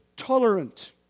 Tolerant